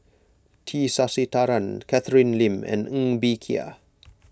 T Sasitharan Catherine Lim and Ng Bee Kia